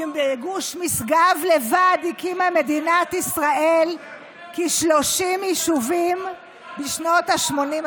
בגוש משגב לבד הקדימה מדינת ישראל כ-30 יישובים בשנות השמונים.